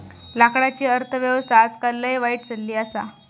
लाकडाची अर्थ व्यवस्था आजकाल लय वाईट चलली आसा